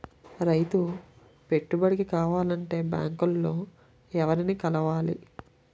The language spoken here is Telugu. రైతు పెట్టుబడికి కావాలంటే బ్యాంక్ లో ఎవరిని కలవాలి?